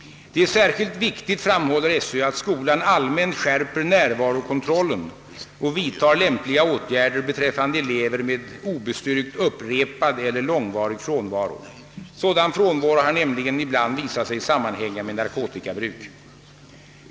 Det är särskilt viktigt, framhåller skolöverstyrelsen, att skolan allmänt skärper närvarokontrollen och vidtar lämpliga åtgärder beträffande elever med obestyrkt upprepad eller långvarig frånvaro; sådan frånvaro har nämligen ibland visat sig sammanhänga med narkotikabruk.